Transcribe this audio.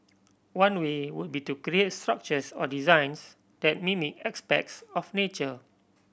one way would be to create structures or designs that mimic aspects of nature